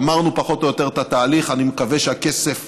גמרנו פחות או יותר את התהליך, אני מקווה שהכסף